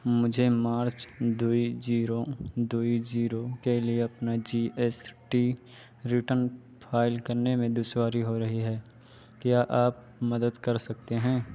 مجھے مارچ دو زیرو دو زیرو کے لیے اپنا G S T return file کرنے میں دشواری ہو رہی ہے کیا آپ مدد کر سکتے ہیں